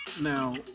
Now